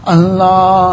Allah